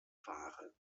ware